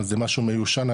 זה משהו מיושן,